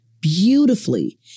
beautifully